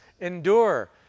endure